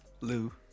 Lou